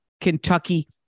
Kentucky